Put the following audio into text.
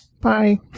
Bye